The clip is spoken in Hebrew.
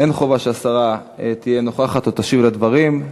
שאין חובה שהשרה תהיה נוכחת או תשיב על הדברים.